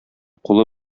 кулы